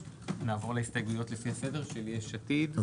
נעבור להסתייגויות לפי הסדר, של יש עתיד.